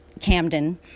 Camden